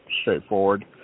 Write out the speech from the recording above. straightforward